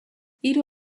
hiru